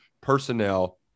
PERSONNEL